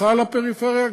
בכלל לפריפריה,